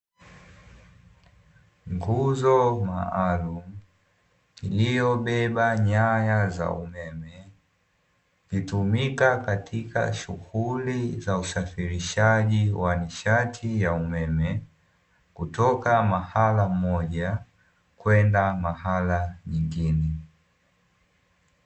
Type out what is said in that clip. Nguzo maalumu iliyobeba nyaya za umeme, hutumika katika shughuli za usafirishaji wa nishati ya umeme, kutoka mahali pamoja kwenda mahali pengine.